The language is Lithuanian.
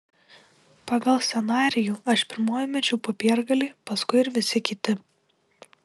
pagal scenarijų aš pirmoji mečiau popiergalį paskui ir visi kiti